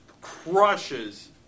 crushes